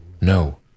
no